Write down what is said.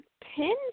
pin